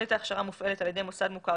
תוכנית ההכשרה מופעלת על ידי מוסד מוכר